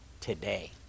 today